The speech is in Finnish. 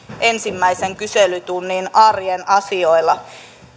ensimmäisen kyselytunnin arjen asioilla